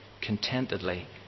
contentedly